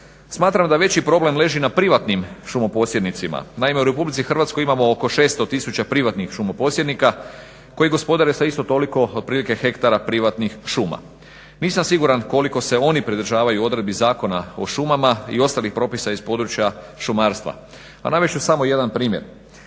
Smatram da veći problem leži na privatnim šumoposjednicima. Naime, u Republici Hrvatskoj imamo oko 600 tisuća privatnih šumoposjednika koji gospodare sa isto toliko otprilike hektara privatnih šuma. Nisam siguran koliko se oni pridržavaju odredbi Zakona o šumama i ostalih propisa iz područja šumarstva. A navesti ću samo jedan primjer.